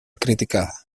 criticada